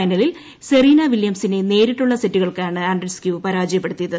ഫൈനലിൽ സെറീനാ വില്യംസിനെ നേരിട്ടുള്ള സെറ്റുകൾക്കാണ് ആൻഡ്രീസ് ക്യൂ പരാജയപ്പെടുത്തിയത്